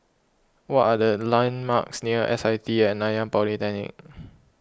what are the landmarks near S I T at Nanyang Polytechnic